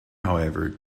however